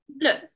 look